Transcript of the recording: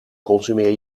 consumeer